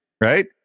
right